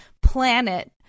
planet